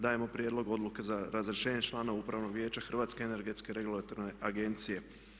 Dajemo Prijedlog Odluke za razrješenje člana Upravnog vijeća Hrvatske energetske regulatorne agencije.